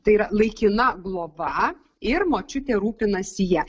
tai yra laikina globa ir močiutė rūpinasi ja